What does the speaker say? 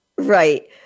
Right